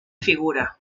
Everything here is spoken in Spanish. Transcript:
figura